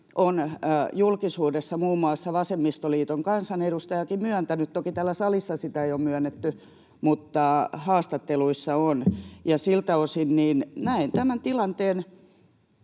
ovat julkisuudessa muun muassa vasemmistoliiton kansanedustajakin myöntäneet — toki täällä salissa sitä ei ole myönnetty, mutta haastatteluissa on. Siltä osin näen tämän tilanteen